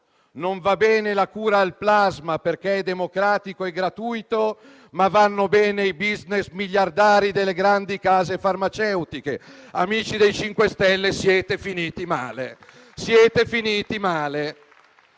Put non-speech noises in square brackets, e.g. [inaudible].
Non va bene la cura al plasma, perché è democratica e gratuita, ma vanno bene i *business* miliardari delle grandi case farmaceutiche. Amici dei 5 Stelle, siete finiti male. [applause] Dalla